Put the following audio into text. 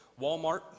Walmart